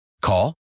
Call